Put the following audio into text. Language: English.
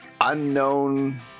unknown